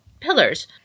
pillars